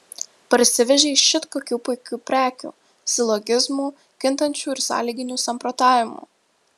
parsivežei šit kokių puikių prekių silogizmų kintančių ir sąlyginių samprotavimų